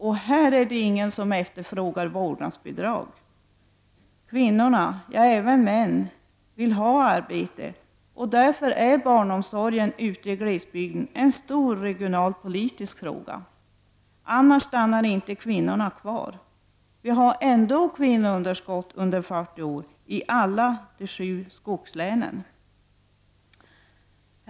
Och här är det ingen som efterfrågar vårdnadsbidrag, kvinnorna ja, även män, vill ha arbete och därför är barnomsorgen ute i glesbygden en stor regionalpolitisk fråga. Annars stannar inte kvinnorna kvar -- vi har ändå underskott på kvinnor under 40 år i alla de sju skogslänen.